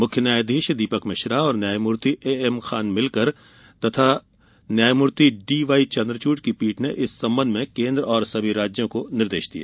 मुख्य न्यायाधीश दीपक मिश्रा और न्यायमूर्ति एएमखान मिलकर तथा न्यायामूर्ति डीवाई चन्द्रचूड की पीठ ने इस संबंध में केन्द्र और सभी राज्यों को निर्देश दिये